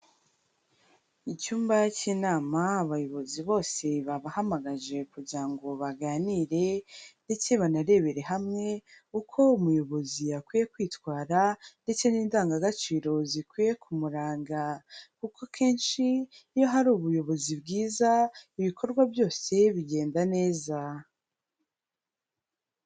Icyumba cy'inama, abayobozi bose babahamagaje kugira ngo baganire, ndetse banarebere hamwe, uko umuyobozi akwiye kwitwara, ndetse n'indangagaciro zikwiye kumuranga. Kuko akenshi iyo hari ubuyobozi bwiza, ibikorwa byose bigenda neza.